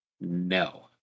No